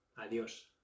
Adiós